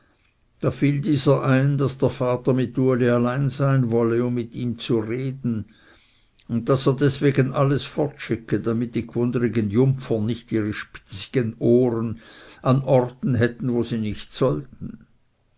da fiel dieser ein daß der vater mit uli allein sein wolle um mit ihm zu reden und daß er deswegen alles fortschicke damit die gwundrigen jungfern nicht ihre spitzigen ohren an orten hätten wo sie nicht sollten